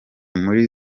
muri